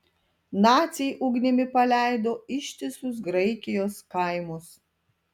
naciai ugnimi paleido ištisus graikijos kaimus